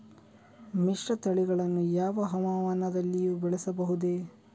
ಮಿಶ್ರತಳಿಗಳನ್ನು ಯಾವ ಹವಾಮಾನದಲ್ಲಿಯೂ ಬೆಳೆಸಬಹುದೇ?